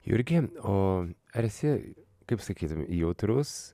jurgi o ar esi kaip sakytum jautrus